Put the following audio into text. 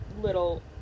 little